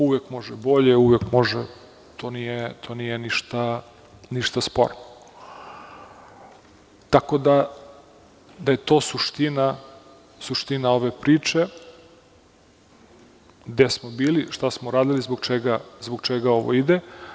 Uvek može bolje, to nije ništa sporno, tako da je to suština ove priče gde smo bili, šta smo radili i zbog čega ovo ide.